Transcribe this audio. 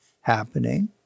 happening